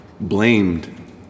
blamed